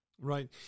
right